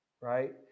right